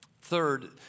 Third